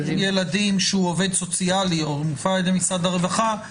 ילדים שהוא עובד סוציאלי או מופעל על ידי משרד הרווחה,